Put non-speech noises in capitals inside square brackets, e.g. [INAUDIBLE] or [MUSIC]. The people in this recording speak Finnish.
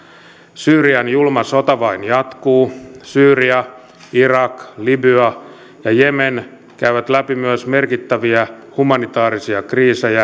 syyrian julma sota vain jatkuu syyria irak libya ja jemen käyvät läpi myös merkittäviä humanitaarisia kriisejä [UNINTELLIGIBLE]